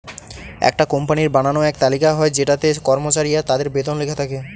একটা কোম্পানির বানানো এক তালিকা হয় যেটাতে কর্মচারী আর তাদের বেতন লেখা থাকে